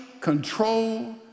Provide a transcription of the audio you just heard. control